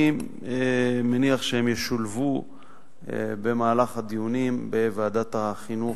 אני מניח שהן ישולבו במהלך הדיונים בוועדת החינוך,